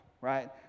right